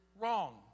wrong